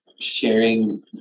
sharing